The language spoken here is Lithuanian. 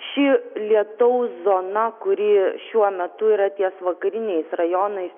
ši lietaus zona kuri šiuo metu yra ties vakariniais rajonais